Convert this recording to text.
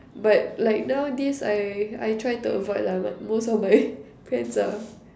but like nowadays I I try to avoid lah but most of my friends are